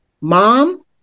Mom